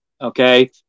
okay